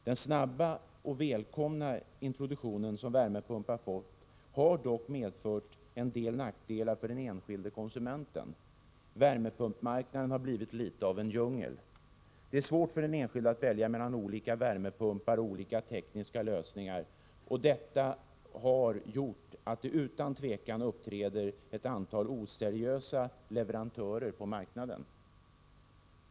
Den snabba och välkomna introduktion som värmepumparna fått har dock medfört en del nackdelar för den enskilde konsumenten. Värmepumpsmarknaden har blivit litet av en djungel. Det är svårt för den enskilde att välja mellan olika värmepumpar och olika tekniska lösningar. Detta har gjort att det utan tvivel uppträder ett antal oseriösa leverantörer på marknaden.